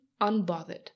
unbothered